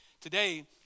Today